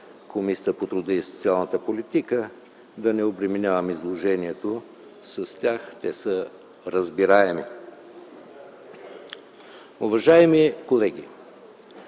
Комисията по труда и социалната политика. Да не обременявам изложението с тях, те са разбираеми. Уважаеми колеги,